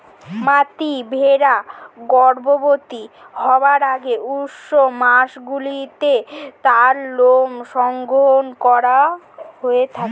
মাদী ভেড়া গর্ভবতী হওয়ার আগে উষ্ণ মাসগুলিতে তার লোম সংগ্রহ করা হয়ে থাকে